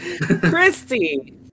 Christy